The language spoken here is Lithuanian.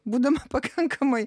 būdama pakankamai